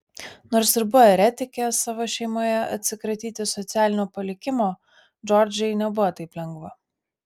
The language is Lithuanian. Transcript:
nors ir buvo eretikė savo šeimoje atsikratyti socialinio palikimo džordžai nebuvo taip lengva